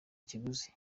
kiguzi